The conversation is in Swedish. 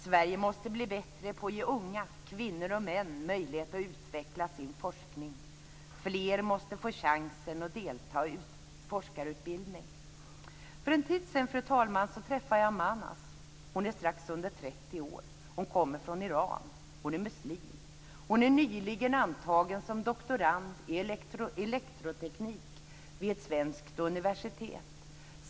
· Sverige måste bli bättre på att ge unga kvinnor och män möjlighet att utveckla sin forskning. Fler måste få chansen att delta i forskarutbildning. Fru talman! För en tid sedan träffade jag Manas. Hon är strax under 30 år. Hon kommer från Iran, och hon är muslim. Hon är nyligen antagen som doktorand i elektroteknik vid ett svenskt universitet.